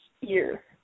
year